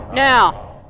Now